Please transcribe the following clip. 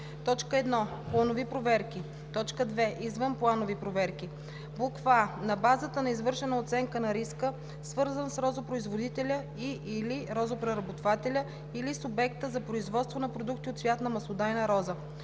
на: 1. планови проверки; 2. извънпланови проверки: а) на базата на извършена оценка на риска, свързан с розопроизводителя и/или розопреработвателя или с обекта за производство на продукти от цвят на маслодайна роза;